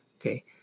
okay